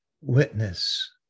witness